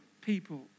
people